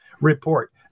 report